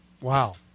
Wow